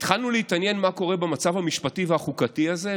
התחלנו להתעניין מה קורה במצב המשפטי והחוקתי הזה,